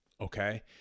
Okay